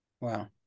Wow